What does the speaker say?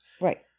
Right